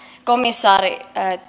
komissaari